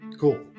Cool